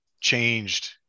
changed